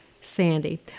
Sandy